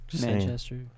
Manchester